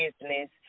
business